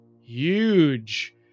huge